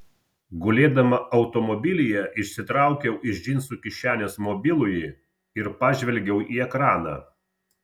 gulėdama automobilyje išsitraukiau iš džinsų kišenės mobilųjį ir pažvelgiau į ekraną